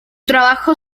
trabajo